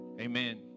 Amen